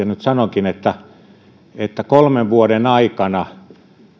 nyt sanonkin että että kolmen vuoden aikana